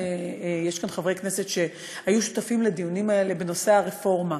יש כאן חברי כנסת שהיו שותפים לדיונים האלה בנושא הרפורמה.